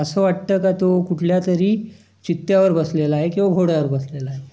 असं वाटतं का तो कुठल्यातरी चित्त्यावर बसलेला आहे किंवा घोड्यावर बसलेला आहे